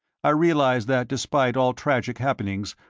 i realized that despite all tragic happenings,